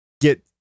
get